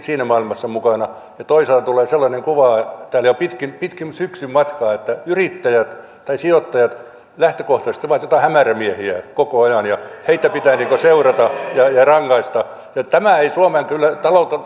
siinä maailmassa mukana toisaalta tuli sellainen kuva täällä jo pitkin pitkin syksyn matkaa että yrittäjät tai sijoittajat lähtökohtaisesti ovat joitain hämärämiehiä koko ajan ja heitä pitää seurata ja ja rangaista tämä ei kyllä suomen